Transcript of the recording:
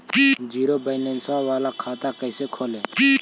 Zero balance बाला खाता कैसे खोले?